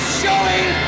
showing